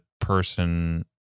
person